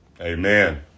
Amen